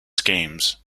schemes